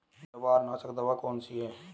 जवार नाशक दवा कौन सी है?